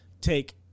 take